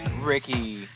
Ricky